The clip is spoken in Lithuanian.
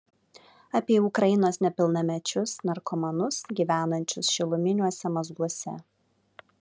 apie ukrainos nepilnamečius narkomanus gyvenančius šiluminiuose mazguose